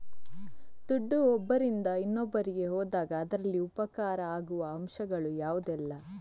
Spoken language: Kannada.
ದುಡ್ಡು ಒಬ್ಬರಿಂದ ಇನ್ನೊಬ್ಬರಿಗೆ ಹೋದಾಗ ಅದರಲ್ಲಿ ಉಪಕಾರ ಆಗುವ ಅಂಶಗಳು ಯಾವುದೆಲ್ಲ?